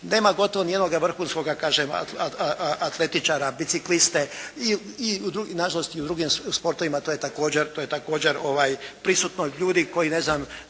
Nema gotovo nijednoga vrhunskoga kažem atletičara, bicikliste i nažalost i u drugim sportovima to je također prisutno. Ljudi koji ne znam